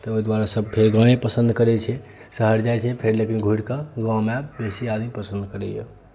तऽ ओहि दुआरे सब फेर गाँवे पसन्द करै छै शहर जाइ छै फेर लेकिन घुरि कऽ गाँव मे बेसी आदमी पसन्द करैया